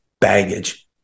baggage